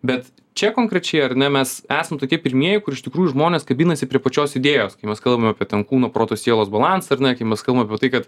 bet čia konkrečiai ar ne mes esam tokie pirmieji kur iš tikrųjų žmonės kabinasi prie pačios idėjos kai mes kalbam apie ten kūno proto sielos balansą ar ne kai mes kalbam apie tai kad